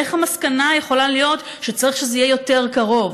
איך המסקנה יכולה להיות שצריך שזה יהיה יותר קרוב?